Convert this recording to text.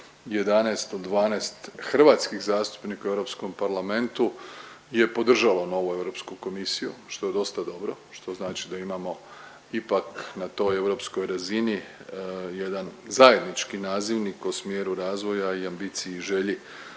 11 od 12 hrvatskih zastupnika u Europskom parlamentu je podržalo novu Europsku komisiju što je dosta dobro, što znači da imamo ipak na toj europskoj razini jedan zajednički nazivnik u smjeru razvoja i ambiciji i želji